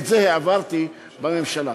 את זה העברתי בממשלה.